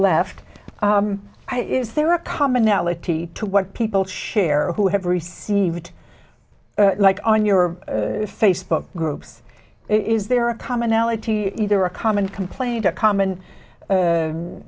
left is there a commonality to what people share or who have received like on your facebook groups is there a commonality there a common complaint a common